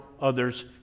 others